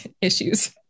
issues